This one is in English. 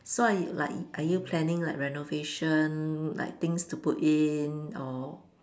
so are you like are you planning like renovation like things to put in or